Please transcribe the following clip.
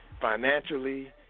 financially